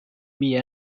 mit